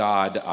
God